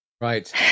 right